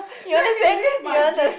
let me live my dream